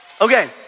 Okay